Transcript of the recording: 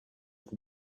for